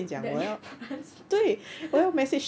Delifrance